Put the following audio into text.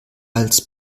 als